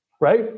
right